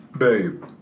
Babe